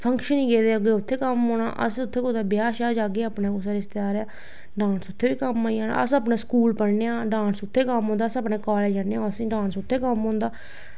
function गी गेदे होगे उत्थें कम्म औना अस उत्थें कुदै ब्याह् श्याह् जाह्गे अपने कुसै रिश्तेदारें दे डांस उत्थें बी कम्म आई जाना अस अपने स्कूल पढ़ने आं डांस उत्थें कम्म औंदा ते अस अपने कालेज़ जन्ने आं ते डांस उत्थें कम्म औंदा